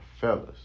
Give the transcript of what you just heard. fellas